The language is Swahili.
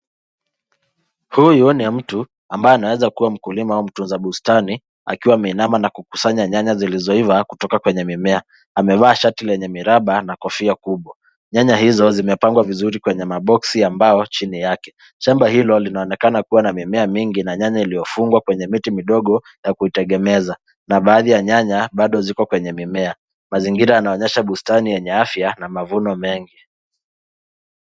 Huyu ni mtu ambaye anaweza kuwa mkulima au mtunza bustani , akiwa ameinama na kukusanya nyanya zilizoiva kutoka kwenye mimea. Amevaa shati lenye miraba na kofia kubwa. Nyanya izo zimepangwa vizuri kwenye maboksi ambayo chini yake . Shamba hilo linaonekana kuwa na mimea mingi na nyanya iliyofungwa kwenye miti midogo ya kutegemeza, na baadhi ya nyanya bado ziko kwenye mimea. Mazingira yanaonyesha bustani yenye afya na mavuno mengi.